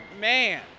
Man